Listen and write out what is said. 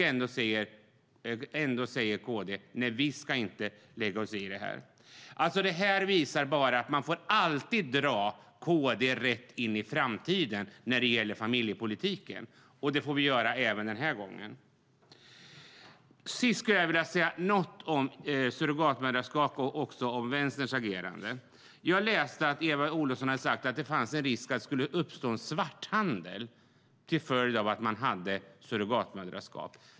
Trots det säger KD att vi inte ska lägga oss i detta. Det visar att man alltid får dra KD in i framtiden när det gäller familjepolitiken. Det får vi göra även den här gången. Slutligen skulle jag vilja säga några ord om surrogatmoderskap och Vänsterns agerande. Jag läste att Eva Olofsson sagt att det fanns risk för att det skulle uppstå svarthandel på grund av surrogatmoderskap.